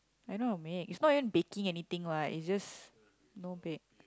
I know how to mix it's not even baking anything what it's just no bake